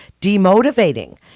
demotivating